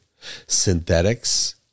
Synthetics